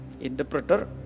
Interpreter